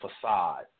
facade